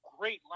great